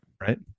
Right